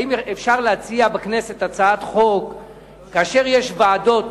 האם אפשר להציע בכנסת הצעת חוק כאשר יש ועדות